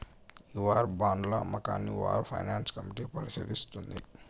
ఈ వార్ బాండ్ల అమ్మకాన్ని వార్ ఫైనాన్స్ కమిటీ పరిశీలిస్తుంది